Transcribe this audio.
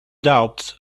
doubts